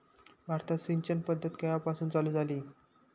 भारतात सिंचन पद्धत केवापासून चालू झाली?